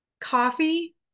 coffee